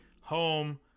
home